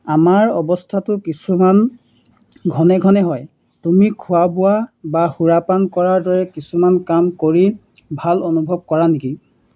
আমাৰ অৱস্থাটো কিছুমান ঘনে ঘনে হয় তুমি খোৱা বোৱা বা সুৰাপান কৰাৰ দৰে কিছুমান কাম কৰি ভাল অনুভৱ কৰা নেকি